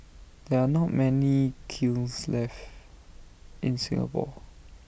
there are not many kilns left in Singapore